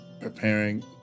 preparing